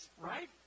Right